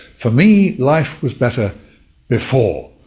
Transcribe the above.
for me life was better before,